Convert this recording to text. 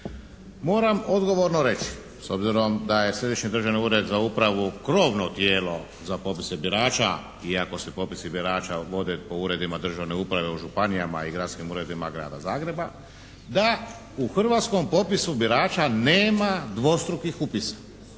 Moram odgovorno reći, s obzirom da je Središnji državni ured za upravu krovno tijelo za popise birača, iako se popisi birala vode po uredima državne uprave u županijama i gradskim uredima Grada Zagreba da u hrvatskom popisu birača nema dvostrukih upisa,